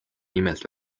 nimelt